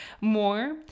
more